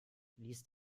liest